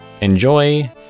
enjoy